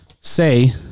Say